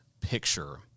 picture